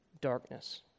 darkness